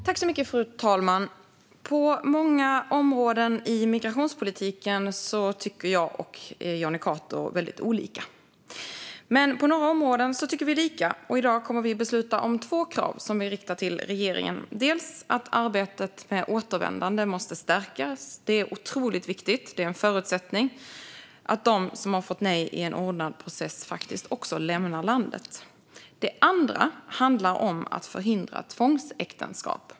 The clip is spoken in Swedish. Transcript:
Fru talman! På många områden i migrationspolitiken tycker jag och Jonny Cato olika. Men på några områden tycker vi lika, och i dag kommer vi att besluta om två krav som är riktade till regeringen. Dels att arbetet med återvändande måste stärkas. Det är otroligt viktigt och en förutsättning att de som har fått nej i en ordnad process faktiskt också lämnar landet. Dels att förhindra tvångsäktenskap.